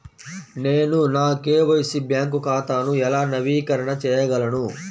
నేను నా KYC bank ఖాతాను ఎలా నవీకరణ చేయగలను?